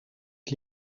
het